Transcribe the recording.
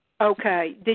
Okay